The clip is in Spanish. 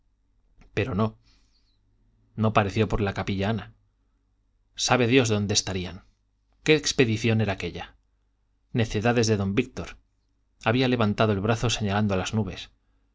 pero no no pareció por la capilla ana sabe dios dónde estarían qué expedición era aquella necedades de don víctor había levantado el brazo señalando a las nubes